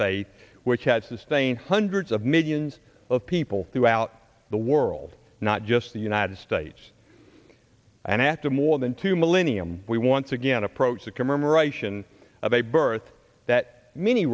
faith which has sustained hundreds of millions of people throughout the world not just the united states and after more than two millennium we once again approach the commemoration of a birth that m